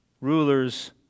Rulers